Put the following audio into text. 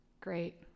Great